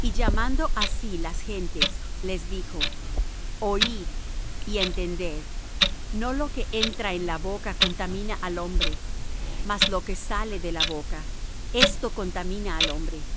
y llamando á sí las gentes les dijo oid y entended no lo que entra en la boca contamina al hombre mas lo que sale de la boca esto contamina al hombre